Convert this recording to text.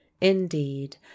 indeed